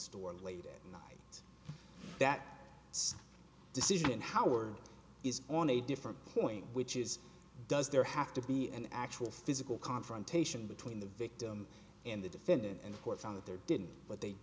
store late at night that decision howard is on a different point which is does there have to be an actual physical confrontation between the victim and the defendant and court found that there didn't but they